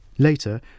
Later